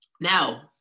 Now